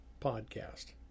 podcast